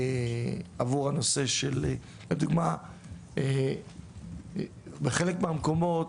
לדוגמא בחלק מהמקומות,